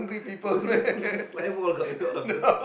saliva all coming out of the